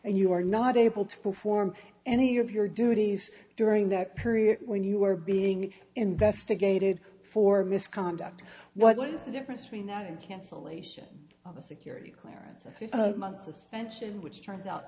and you are not able to perform any of your duties during that period when you are being investigated for misconduct what is the difference between that and cancellation of a security clearance a few months and in which turns out